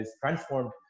transformed